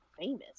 famous